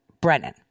Brennan